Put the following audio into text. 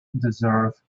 deserve